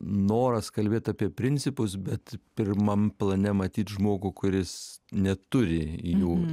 noras kalbėt apie principus bet pirmam plane matyt žmogų kuris neturi jų